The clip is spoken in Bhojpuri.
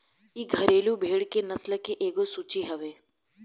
इ घरेलु भेड़ के नस्ल के एगो सूची हवे